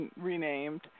renamed